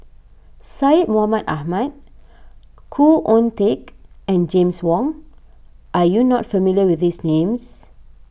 Syed Mohamed Ahmed Khoo Oon Teik and James Wong are you not familiar with these names